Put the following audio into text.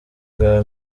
bwa